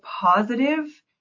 positive